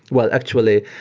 well actually,